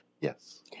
Yes